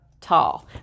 tall